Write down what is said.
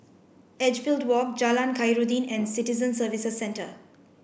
Edgefield Walk Jalan Khairuddin and Citizen Services Centre